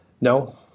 No